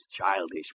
childish